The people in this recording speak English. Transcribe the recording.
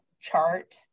chart